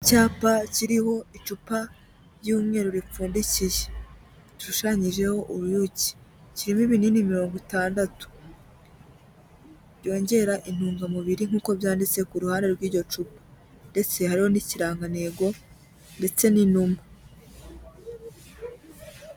Icyapa kiriho icupa ry'umweru ripfundikiye. Rishushanyijeho uruyuki. Kirimo ibinini mirongo itandatu. Byongera intungamubiri nkuko byanditse ku ruhande rw'iryo cupa. Ndetse hariho n'ikirangantego ndetse n'inuma.